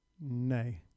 Nay